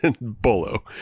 Bolo